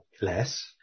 less